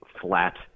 flat